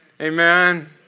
Amen